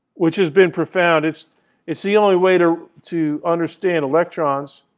which has been profound. it's it's the only way to to understand electrons.